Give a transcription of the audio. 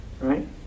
right